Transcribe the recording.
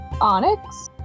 Onyx